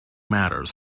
matters